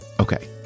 Okay